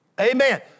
Amen